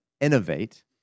innovate